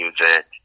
Music